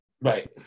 Right